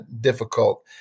difficult